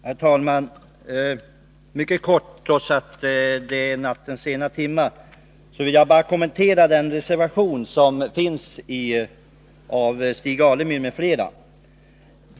Herr talman! På grund av den sena timmen skall jag fatta mig mycket kort. Jag vill bara kommentera reservationen 1 av Stig Alemyr m.fl.